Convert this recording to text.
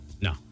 No